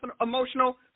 emotional